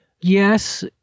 Yes